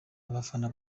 abafana